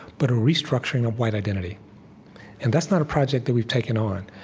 but a restructuring of white identity and that's not a project that we've taken on,